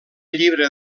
llibre